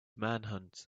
manhunt